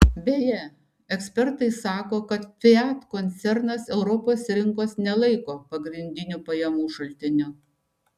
beje ekspertai sako kad fiat koncernas europos rinkos nelaiko pagrindiniu pajamų šaltiniu